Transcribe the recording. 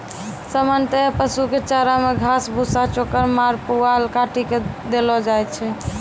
सामान्यतया पशु कॅ चारा मॅ घास, भूसा, चोकर, माड़, पुआल काटी कॅ देलो जाय छै